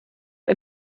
ein